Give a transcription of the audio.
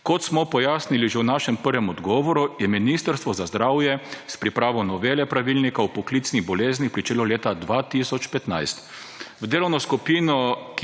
Kot smo pojasnili že v našem prvem odgovoru, je Ministrstvo za zdravje s pripravo novele pravilnika o poklicnih boleznih pričelo leta 2015. V delovno skupino,